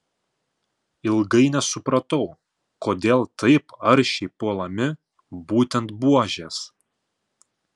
ilgai nesupratau kodėl taip aršiai puolami būtent buožės